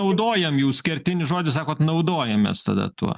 naudojam jūs kertinis žodis sakot naudojamės tada tuo